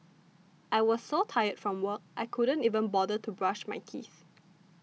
I was so tired from work I couldn't even bother to brush my teeth